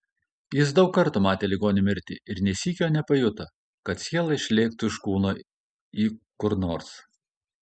jis daug kartų matė ligonių mirtį ir nė sykio nepajuto kad siela išlėktų iš kūno į kur nors